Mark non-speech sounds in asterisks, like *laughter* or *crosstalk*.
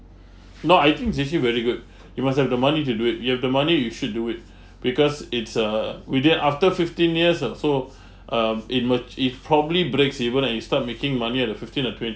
no I think it's actually very good you must have the money to do it you have the money you should do it because it's uh within after fifteen years or so *breath* um it matu~ it probably breaks even and you start making money at the fifteen or twentieth